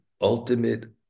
ultimate